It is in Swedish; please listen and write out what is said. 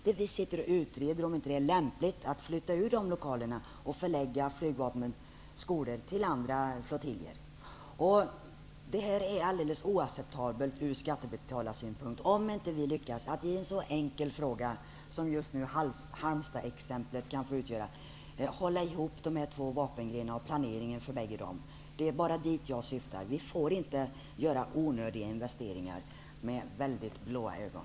Men vi utreder ju om det inte är lämpligt att flytta från de lokalerna och att i stället förlägga flygvapnets skolor till andra flottiljer. Det är helt oacceptabelt från skattebetalarnas synpunkt om vi inte lyckas att i en så enkel fråga som den om Halmstad t.ex. hålla ihop två vapengrenar och planeringen för dessa båda. Vad jag syftar till är att vi inte får göra onödiga investeringar så att säga med väldigt blå ögon.